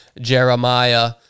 Jeremiah